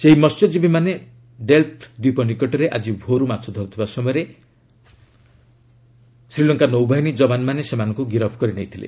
ସେହି ମହ୍ୟଜୀବୀମାନେ ଡେଲ୍ଫ୍ ଦ୍ୱୀପ ନିକଟରେ ଆକି ଭୋର୍ରୁ ମାଛ ଧରୁଥିବା ସମୟରେ ଶ୍ରୀଲଙ୍କା ନୌବାହିନୀ ଯବାନମାନେ ସେମାନଙ୍କୁ ଗିରଫ କରି ନେଇଥିଲେ